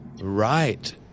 Right